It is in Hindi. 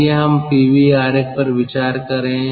आइए हम pv आरेख पर विचार करें